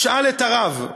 "שאל את הרב"